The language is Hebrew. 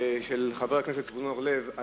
של חבר הכנסת זבולון אורלב.